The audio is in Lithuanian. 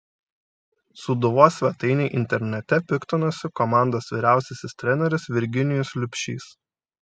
sūduvos svetainei internete piktinosi komandos vyriausiasis treneris virginijus liubšys